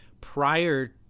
prior